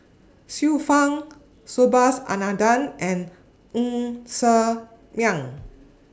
Xiu Fang Subhas Anandan and Ng Ser Miang